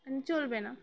চলবে না